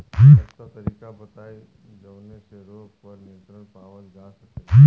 सस्ता तरीका बताई जवने से रोग पर नियंत्रण पावल जा सकेला?